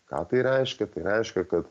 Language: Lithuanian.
ką tai reiškia tai reiškia kad